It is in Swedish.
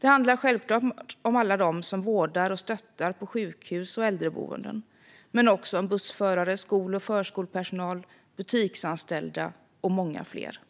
Det handlar självklart om alla som vårdar och stöttar på sjukhus och äldreboenden. Men det handlar också om bussförare, skol och förskolepersonal, butiksanställda och många fler.